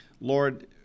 Lord